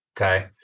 okay